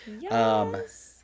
Yes